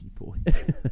Boy